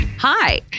Hi